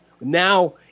Now